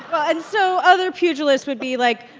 but and so other pugilists would be, like,